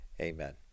Amen